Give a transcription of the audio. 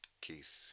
Keith